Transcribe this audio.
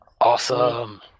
Awesome